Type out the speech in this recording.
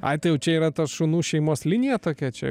ai tai jau čia yra ta šunų šeimos linija tokia čia